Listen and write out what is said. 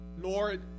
Lord